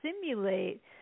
simulate